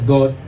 God